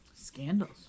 Scandals